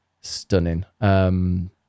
stunning